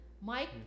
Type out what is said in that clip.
mike